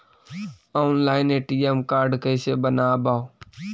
Online ATM card कैसे बनाबौ?